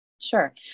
Sure